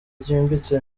ryimbitse